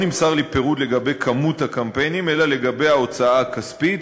לא נמסר לי פירוט לגבי מספר הקמפיינים אלא לגבי ההוצאה הכספית,